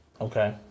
okay